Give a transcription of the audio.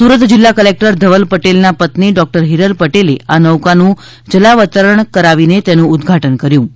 સુરત જિલ્લા ક્લેક્ટર ધવલ પટેલના પત્ની ડોક્ટર હિરલ પટેલે આ નૌકાનું જલાવતરણા કરાવીને તેનું ઉદઘાટન કર્યું હતું